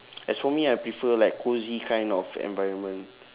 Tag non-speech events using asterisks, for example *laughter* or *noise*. *noise* as for me I prefer like cosy kind of environment